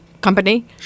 Company